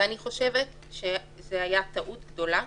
ואני חושבת שזאת הייתה טעות גדולה.